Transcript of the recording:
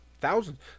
thousands